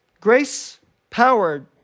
Grace-powered